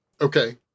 Okay